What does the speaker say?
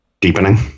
deepening